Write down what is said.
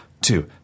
two